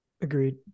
Agreed